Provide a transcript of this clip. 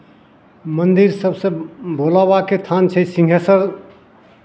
मन्दिर सभसँ भोला बाबाके थान छै सिंहेश्वर